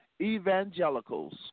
evangelicals